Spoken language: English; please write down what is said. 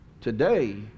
today